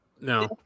No